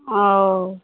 ओऽ